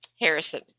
Harrison